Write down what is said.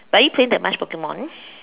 but are you playing that much Pokemon